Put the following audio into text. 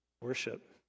worship